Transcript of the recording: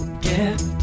Get